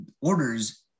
orders